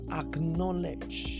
acknowledge